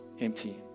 empty